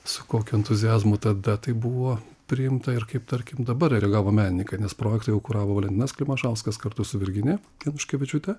su kokiu entuziazmu tada tai buvo priimta ir kaip tarkim dabar reagavo menininkai nes projektą jau kuravo valentinas klimašauskas kartu su virginija januškevičiūte